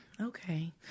okay